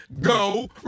Go